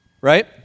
Right